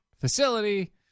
facility